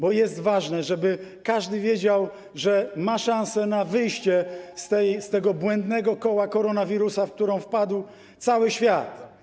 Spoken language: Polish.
To jest ważne, żeby każdy wiedział, że ma szansę na wyjście z tego błędnego koła koronawirusa, w którą wpadł cały świat.